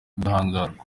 ubudahangarwa